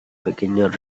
pequeños